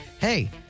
Hey